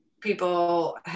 people